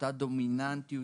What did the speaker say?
באותה דומיננטיות,